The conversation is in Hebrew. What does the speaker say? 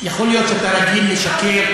יכול להיות שאתה רגיל לשקר,